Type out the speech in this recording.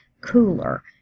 cooler